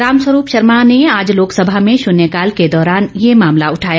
रामस्वरूप शर्मा ने आज लोकसभा में शन्यकाल के दौरान ये मामला उठाया